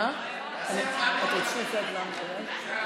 תעשי הצבעה מחדש.